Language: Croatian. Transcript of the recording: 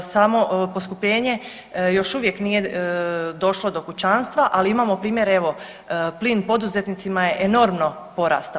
Samo poskupljenje još uvijek nije došlo do kućanstva, ali imamo primjer evo plin poduzetnicima je enormno porastao.